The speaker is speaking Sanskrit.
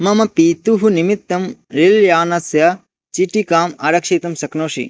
मम पितुः निमित्तं रेल् यानस्य चीटिकाम् आरक्षितुं शक्नोषि